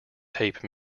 tape